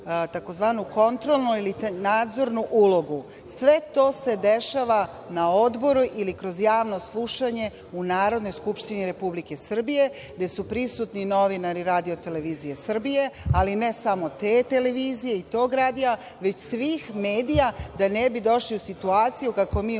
tzv. kontrolnu ili nadzornu ulogu. Sve to se dešava na odboru ili kroz javno slušanje u Narodnoj skupštini Republike Srbije, gde su prisutni novinari RTS, ali ne samo te televizije i tog radija, već svih medija da ne bi došli u situaciju kako mi u